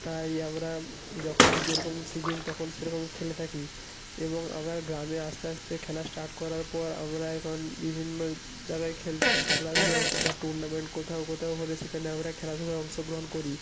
তাই আমরা যখন যেরকম সিজিন তখন সেরকম খেলে থাকি এবং আমার গ্রামে আস্তে আস্তে এই খেলা স্টার্ট করার পর আমরা এখন বিভিন্ন জাগায় খেলাধুলা বা টুর্নামেন্ট কোথাও কোথাও হলে সেখানে আমরা খেলাধুলায় অংশগ্রহণ করি